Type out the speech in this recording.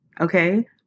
Okay